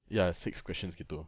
ya six questions gitu